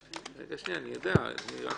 רווחה.